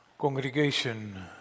Congregation